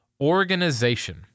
Organization